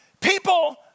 People